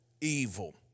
evil